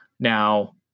Now